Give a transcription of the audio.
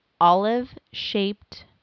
olive-shaped